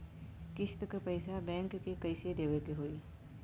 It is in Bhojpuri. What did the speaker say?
किस्त क पैसा बैंक के कइसे देवे के होई?